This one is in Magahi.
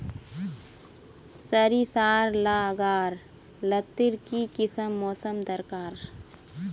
सरिसार ला गार लात्तिर की किसम मौसम दरकार?